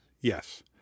Yes